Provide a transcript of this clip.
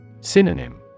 Synonym